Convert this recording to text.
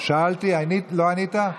שאלתי, לא ענית?